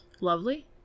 lovely